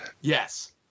yes